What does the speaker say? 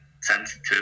sensitive